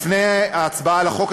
לפני ההצבעה על החוק,